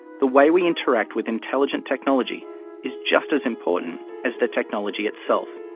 the way we interact with intelligent technology is just as important as the technology itself.